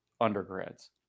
undergrads